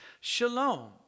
Shalom